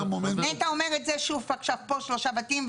אומרים פה שוב פעם שלושה בתים.